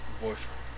Boyfriend